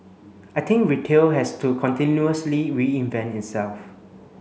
I think retail has to continuously reinvent itself